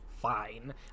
fine